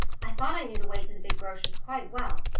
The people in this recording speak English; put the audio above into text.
i thought i knew the way to the big grocer's quite well,